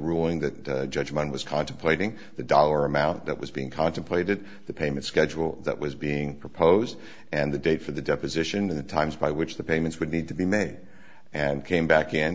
ruling that judgment was contemplating the dollar amount that was being contemplated the payment schedule that was being proposed and the date for the deposition in the times by which the payments would need to be made and came back in